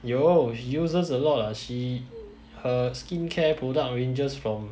有 she uses a lot ah she her skincare product ranges from